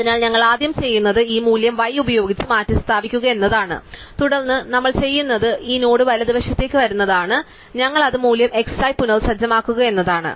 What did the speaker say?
അതിനാൽ ഞങ്ങൾ ആദ്യം ചെയ്യുന്നത് ഈ മൂല്യം y ഉപയോഗിച്ച് മാറ്റിസ്ഥാപിക്കുക എന്നതാണ് തുടർന്ന് നമ്മൾ ചെയ്യുന്നത് ഈ നോഡ് വലതുവശത്തേക്ക് വരുന്നതാണ് ഞങ്ങൾ അത് മൂല്യം x ആയി പുനസജ്ജമാക്കുക എന്നതാണ്